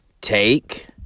take